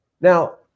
Now